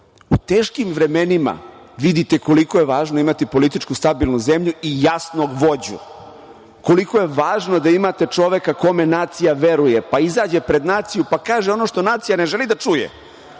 teškim vremenima vidite koliko je važno imati politički stabilnu zemlju i jasnog vođu, koliko je važno da imate čoveka kome nacija veruje, pa izađe pred naciju i kaže ono što nacija ne želi da čuje,